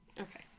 okay